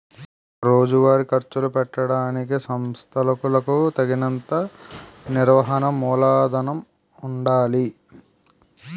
రోజువారీ ఖర్చులు పెట్టడానికి సంస్థలకులకు తగినంత నిర్వహణ మూలధనము ఉండాలి